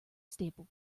stable